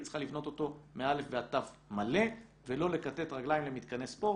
היא צריכה לבנות אותו מ-א ועד ת מלא ולא לכתת רגליים למתקני ספורט.